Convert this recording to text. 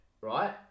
Right